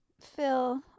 Phil